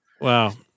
Wow